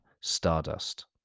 stardust